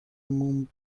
موم